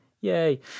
Yay